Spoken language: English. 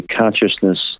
consciousness